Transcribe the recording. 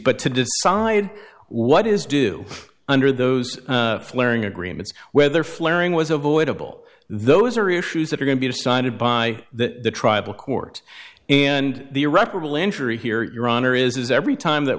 but to decide what is do under those flaring agreements whether flaring was avoidable those are issues that are going to be decided by that tribal court and the irreparable injury here your honor is every time that